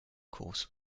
course